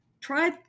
try